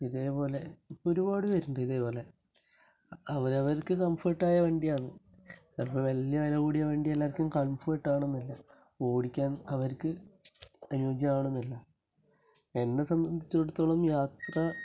ഇതേ പോലെ ഇപ്പം ഒരുപാട് പേരുണ്ട് ഇതേ പോലെ അപ്പം അവരവർക്ക് കംഫർട്ടായ വണ്ടിയാണ് ചിലപ്പം വലിയ വില കൂടിയ വണ്ടി എല്ലാവർക്കും കംഫോട്ടാകണമെന്നില്ല ഓടിക്കാൻ അവർക്ക് അനുയോജ്യമാകണമെന്നില്ല എന്നെ സംബന്ധിച്ചിടത്തോളം യാത്ര